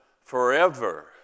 forever